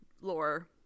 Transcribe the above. lore